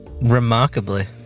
Remarkably